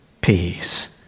peace